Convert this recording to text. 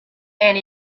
and